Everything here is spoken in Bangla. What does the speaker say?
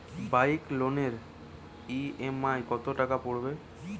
বাইক লোনের ই.এম.আই কত টাকা পড়বে?